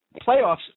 playoffs